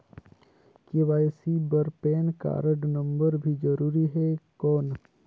KYC बर PAN card number भी जरूरी हे कौन?